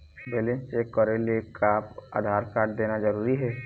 Balance check करेले का Aadhaar card देना जरूरी हे?